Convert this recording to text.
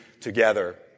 together